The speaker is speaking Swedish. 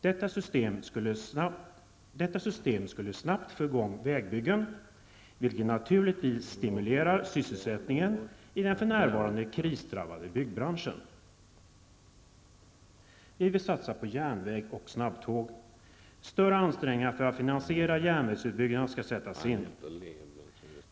Detta system skulle snabbt få i gång vägbyggen, vilket naturligtvis stimulerar sysselsättningen i den för närvarande krisdrabbade byggbranschen. Vi vill satsa på järnväg och snabbtåg. Större ansträngningar för att finansiera järnvägsutbyggnaden skall göras.